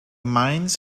mines